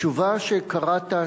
התשובה שקראת,